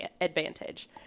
advantage